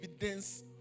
evidence